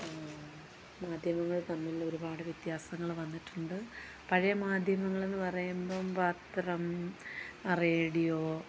മാധ്യമങ്ങൾ തമ്മിൽ ഒരുപാട് വ്യത്യാസങ്ങൾ വന്നിട്ടുണ്ട് പഴയ മാധ്യമങ്ങൾ എന്നു പറയുമ്പം പത്രം റേഡിയോ